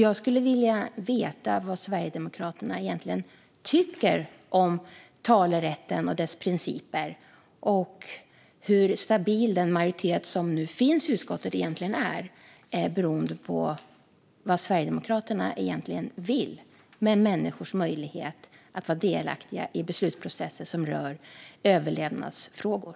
Jag skulle vilja veta vad Sverigedemokraterna egentligen tycker om talerätten och dess principer samt hur stabil den majoritet som nu finns i utskottet egentligen är utifrån vad Sverigedemokraterna egentligen vill med människors möjlighet att vara delaktiga i beslutsprocesser som rör överlevnadsfrågor.